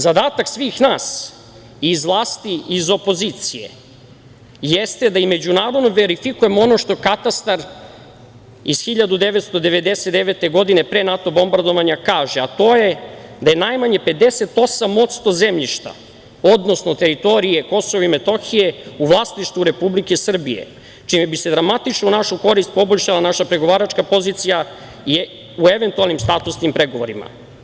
Zadatak svih nas iz vlasti i iz opozicije jeste da i međunarodno verifikujemo ono što katastar iz 1999. godine pre NATO bombardovanja kaže, a to je da je najmanje 58% zemljišta, odnosno teritorije Kosova i Metohije u vlasništvu Republike Srbije, čime bi se dramatično u našu korist poboljšala naša pregovaračka pozicija u eventualnim statusnim pregovorima.